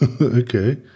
Okay